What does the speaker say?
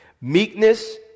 meekness